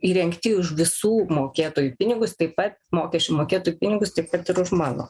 įrengti už visų mokėtojų pinigus taip pat mokesčių mokėtojų pinigus taip kad ir už mano